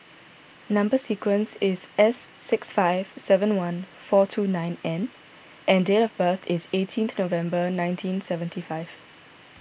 Number Sequence is S six five seven one four two nine N and date of birth is eighteenth November nineteen seventy five